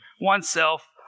oneself